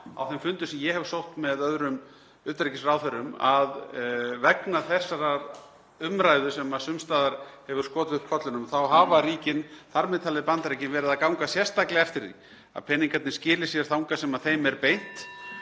á þeim fundum sem ég hef sótt með öðrum utanríkisráðherrum, að vegna þessarar umræðu sem sums staðar hefur skotið upp kollinum þá hafa ríkin, þ.m.t. Bandaríkin, verið að ganga sérstaklega eftir því að peningarnir skili sér þangað sem þeim er beint.